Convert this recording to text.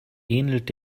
ähnelt